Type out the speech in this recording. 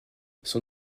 son